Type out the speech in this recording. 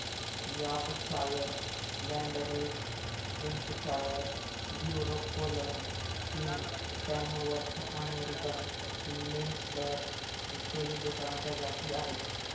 Yorkshire, Landrace Hampshire, Duroc Poland, चीन, Tamworth American Landrace इत्यादी डुकरांच्या जाती आहेत